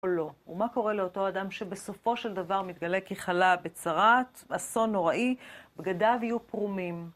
ומה קורה לאותו אדם שבסופו של דבר מתגלה כחלה בצרעת, אסון נוראי, בגדיו יהיו פרומים?